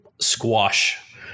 squash